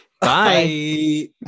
Bye